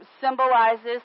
symbolizes